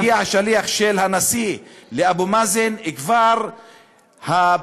שרק הגיע השליח של הנשיא לאבו מאזן, כבר הפחד